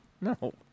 no